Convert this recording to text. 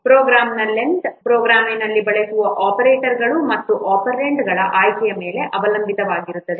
ಪ್ರೋಗ್ರಾಂನ ಲೆಂಥ್ ಪ್ರೋಗ್ರಾಂನಲ್ಲಿ ಬಳಸುವ ಆಪರೇಟರ್ಗಳು ಮತ್ತು ಒಪೆರಾಂಡ್ಗಳ ಆಯ್ಕೆಯ ಮೇಲೆ ಅವಲಂಬಿತವಾಗಿರುತ್ತದೆ